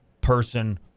person